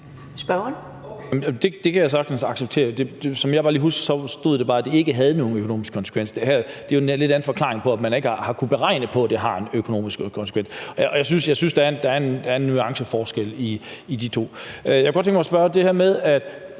Det kan jeg sagtens acceptere. Som jeg bare lige husker det, stod der, at det ikke havde nogen økonomiske konsekvenser. Det er jo en lidt anden forklaring at sige, at man ikke har kunnet beregne, at det har nogle økonomiske konsekvenser. Jeg synes, der er en nuanceforskel på de to ting. Jeg kunne godt tænke mig at spørge om noget